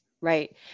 right